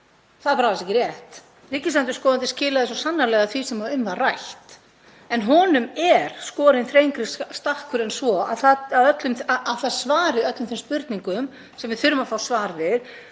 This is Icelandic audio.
Það er bara alls ekki rétt. Ríkisendurskoðandi skilaði svo sannarlega því sem um var rætt en honum er skorinn þrengri stakkur en svo að það svari öllum þeim spurningum sem við þurfum að fá svar við.